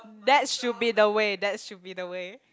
that should be the way that should be the way